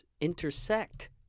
intersect